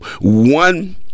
One